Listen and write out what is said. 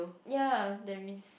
ya there is